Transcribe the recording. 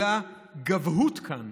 "אלא גבהות כאן,